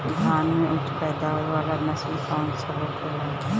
धान में उच्च पैदावार वाला नस्ल कौन सा होखेला?